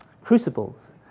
crucibles